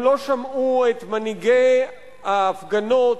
הם לא שמעו את מנהיגי ההפגנות,